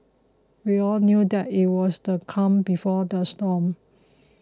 we all knew that it was the calm before the storm